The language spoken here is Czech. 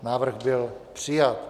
Návrh byl přijat.